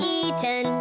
eaten